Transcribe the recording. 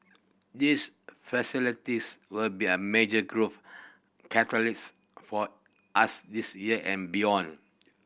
this facilities will be a major growth catalyst for us this year and beyond